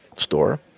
store